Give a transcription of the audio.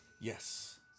Yes